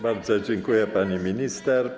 Bardzo dziękuję, pani minister.